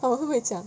oh 会不会讲